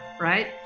right